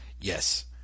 Yes